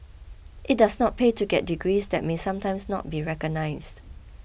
it does not pay to get degrees that may sometimes not be recognised